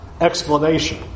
explanation